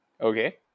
Okay